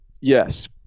Yes